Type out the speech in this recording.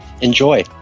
enjoy